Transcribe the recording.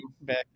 back